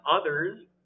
Others